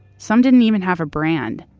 some didn't even have a brand,